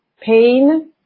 pain